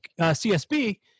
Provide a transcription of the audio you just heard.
CSB